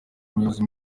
umuyobozi